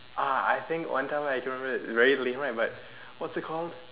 ah I think one time I remember very lame one what's it called